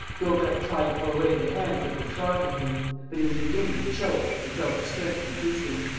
daubrecq tried to pull away the hands that were throttling him but he was beginning to choke and felt his strength decreasing.